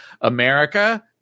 America